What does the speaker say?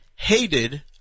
Hated